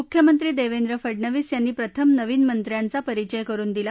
मुख्यमंत्री देवेंद्र फडणवीस यांनी प्रथम नवीन मंत्र्यांच्या परिचय करुन दिला